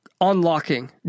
unlocking